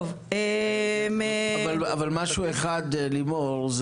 אבל משהו אחד, לימור.